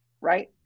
right